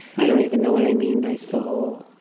i don't even know what i mean by soul.